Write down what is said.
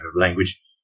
language